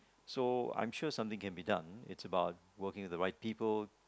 so I'm sure something can be done it's about working with the right people